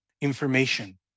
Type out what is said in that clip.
information